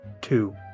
two